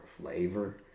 flavor